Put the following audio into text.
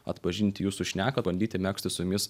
atpažinti jūsų šneką bandyti megzti su jumis